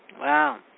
Wow